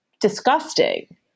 disgusting